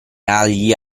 agli